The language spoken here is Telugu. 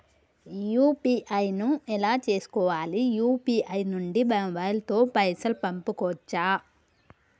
యూ.పీ.ఐ ను ఎలా చేస్కోవాలి యూ.పీ.ఐ నుండి మొబైల్ తో పైసల్ పంపుకోవచ్చా?